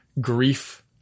grief